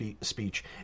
speech